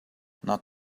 not